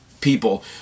people